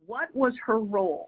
what was her rol